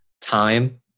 Time